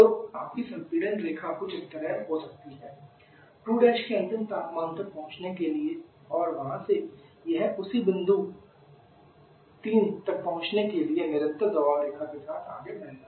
तो आपकी संपीड़न रेखा कुछ इस तरह हो सकती है 2' के अंतिम तापमान तक पहुँचने के लिए और वहाँ से यह उसी स्थिति बिंदु 3 तक पहुँचने के लिए निरंतर दबाव रेखा के साथ आगे बढ़ेगा